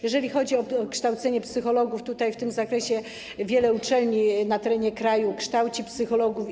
Jeżeli chodzi o kształcenie psychologów w tym zakresie, to wiele uczelni na terenie kraju kształci psychologów.